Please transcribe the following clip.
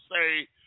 say